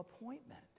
appointment